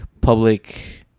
public